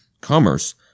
commerce